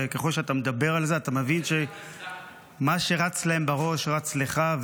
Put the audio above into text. וככל שאתה מדבר על זה אתה מבין שמה שרץ להם בראש רץ לך,